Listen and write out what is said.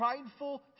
prideful